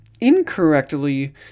incorrectly